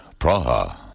Praha